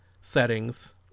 settings